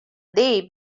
day